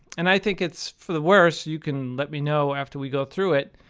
and i think it's for the worse. you can let me know after we go through it.